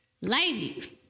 ladies